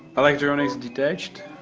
electronics detached.